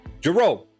Jerome